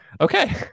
Okay